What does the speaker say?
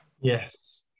yes